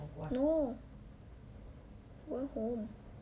no I'm going home